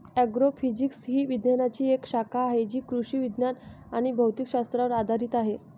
agrophysics ही विज्ञानाची एक शाखा आहे जी कृषी विज्ञान आणि भौतिक शास्त्रावर आधारित आहे